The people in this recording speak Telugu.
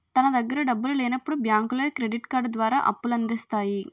తన దగ్గర డబ్బులు లేనప్పుడు బ్యాంకులో క్రెడిట్ కార్డు ద్వారా అప్పుల అందిస్తాయి